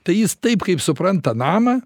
tai jis taip kaip supranta namą